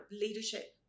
leadership